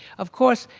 of course,